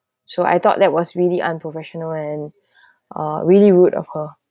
so I thought that was really unprofessional and uh really rude of her